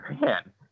man